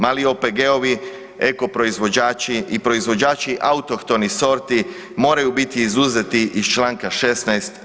Mali OPG-ovi, eko proizvođači i proizvođači autohtonih sorti moraju biti izuzeti z čl. 16.